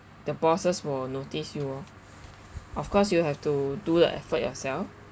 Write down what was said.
the bosses will notice you orh of course you have to do the effort yourself